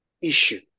issue